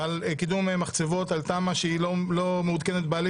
ועל קידום מחצבות על תמ"א שהיא לא מעודכנת בעליל